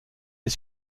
est